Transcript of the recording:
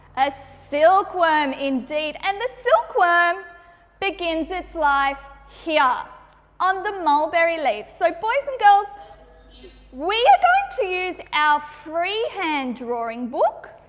a silkworm, indeed. and the silkworm begins its life here on the mulberry leaf. so, boys and girls we are going to use our freehand drawing book,